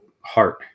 heart